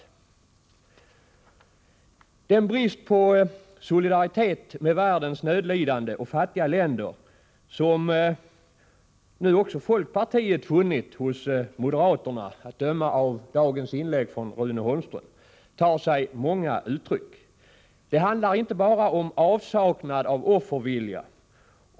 Moderaternas brist på solidaritet med världens nödlidande och fattiga länder — som nu också folkpartiet tycks ha upptäckt, att döma av dagens inlägg av Rune Ångström — tar sig många uttryck. Det handlar inte bara om avsaknad av offervilja.